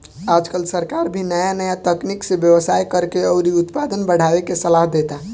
आजकल सरकार भी नाया नाया तकनीक से व्यवसाय करेके अउरी उत्पादन बढ़ावे के सालाह देता